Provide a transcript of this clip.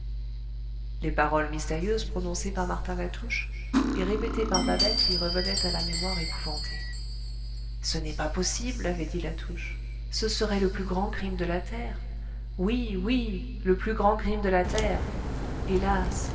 les paroles mystérieuses prononcées par martin latouche et répétées par babette lui revenaient à la mémoire épouvantée ce n'est pas possible avait dit latouche ce serait le plus grand crime de la terre oui oui le plus grand crime de la terre hélas